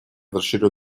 расширил